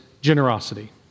generosity